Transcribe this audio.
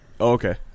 okay